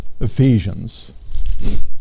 Ephesians